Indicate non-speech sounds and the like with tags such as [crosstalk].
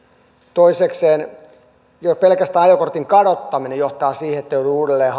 toisekseen jo pelkästään ajokortin kadottaminen johtaa siihen että joutuu uudelleen [unintelligible]